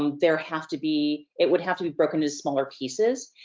um there have to be, it would have to be broken into smaller pieces.